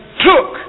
took